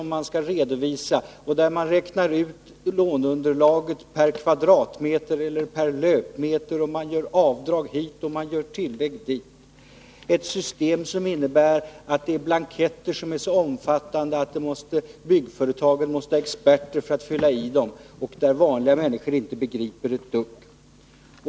Man skall räkna ut låneunderlaget per kvadratmeter eller per löpmeter. Det görs avdrag hit och tillägg dit. Systemet medför blanketter som är så omfattande att företagen måste anlita experter för att fylla i dem och att vanliga människor inte begriper ett dugg.